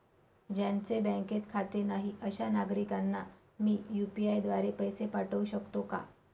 ज्यांचे बँकेत खाते नाही अशा नागरीकांना मी यू.पी.आय द्वारे पैसे पाठवू शकतो का?